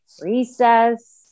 recess